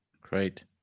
Great